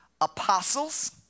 apostles